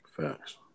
Facts